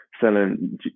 selling